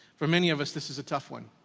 for many of us, this is a tough one,